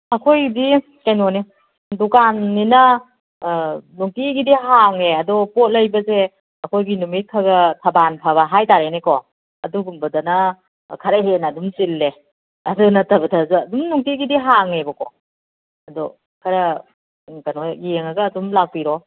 ꯑꯩꯈꯣꯏꯗꯤ ꯀꯩꯅꯣꯅꯤ ꯗꯨꯀꯥꯟꯅꯤꯅ ꯅꯨꯡꯇꯤꯒꯤꯗꯤ ꯍꯥꯡꯉꯦ ꯑꯗꯣ ꯄꯣꯠ ꯂꯩꯕꯁꯦ ꯑꯩꯈꯣꯏꯒꯤ ꯅꯨꯃꯤꯠ ꯈꯒ ꯊꯕꯥꯟ ꯐꯕ ꯍꯥꯏꯇꯥꯔꯦꯅꯦꯀꯣ ꯑꯗꯨꯒꯨꯝꯕꯗꯅ ꯈꯔ ꯍꯦꯟꯅ ꯑꯗꯨꯝ ꯆꯤꯜꯂꯦ ꯑꯗꯨ ꯅꯠꯇꯕꯗꯁꯨ ꯑꯗꯨꯝ ꯅꯨꯡꯇꯤꯒꯤꯗꯤ ꯍꯥꯡꯉꯦꯕꯀꯣ ꯑꯗꯣ ꯈꯔ ꯀꯩꯅꯣ ꯌꯦꯡꯉꯒ ꯑꯗꯨꯝ ꯂꯥꯛꯄꯤꯔꯣ